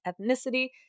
ethnicity